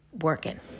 working